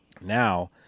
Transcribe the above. now